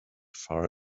far